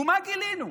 ומה גילינו?